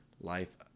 life